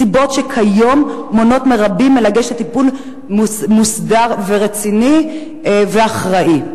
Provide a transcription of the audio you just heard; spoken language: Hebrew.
סיבות שכיום מונעות מרבים מלגשת לטיפול מוסדר ורציני ואחראי.